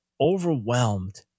overwhelmed